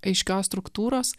aiškios struktūros